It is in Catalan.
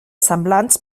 semblants